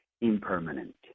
impermanent